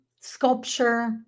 sculpture